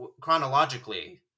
chronologically